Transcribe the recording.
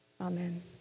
Amen